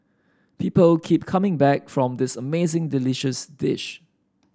people keep coming back from this amazingly delicious dish